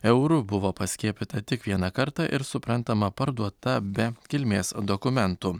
eurų buvo paskiepyta tik vieną kartą ir suprantama parduota be kilmės dokumentų